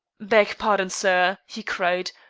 beg pardon, sir, he cried,